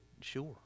Sure